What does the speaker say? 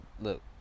Look